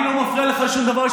אני לא מפריע לך, שום דבר.